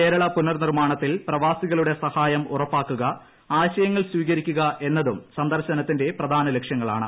കേരള പുനർ നിർമ്മാണത്തിൽ പ്രവാസികളുടെ സഹായം ഉറപ്പാക്കുക ആശയങ്ങൾ സ്വീകരിക്കുക എന്നതും സന്ദർശനത്തിന്റെ പ്രധാന ലക്ഷ്യങ്ങളാണ്